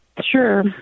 Sure